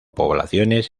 poblaciones